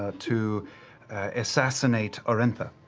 ah to assassinate orentha,